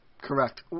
Correct